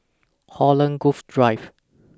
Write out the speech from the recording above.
Holland Grove Drive